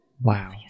Wow